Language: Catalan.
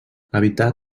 evitar